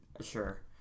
Sure